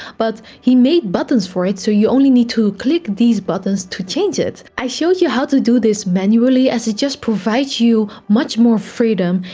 but he made buttons for it, so you only need to click these buttons to change it. i showed you how to do this manually as it just provides you much more freedom.